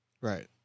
Right